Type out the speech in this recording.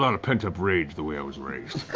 of pent-up rage the way i was raised.